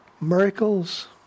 Miracles